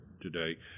today